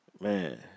Man